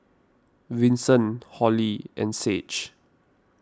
Vinson Holli and Sage